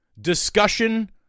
discussion